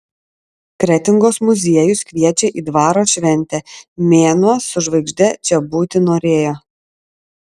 kretingos muziejus kviečia į dvaro šventę mėnuo su žvaigžde čia būti norėjo